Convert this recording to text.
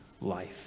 life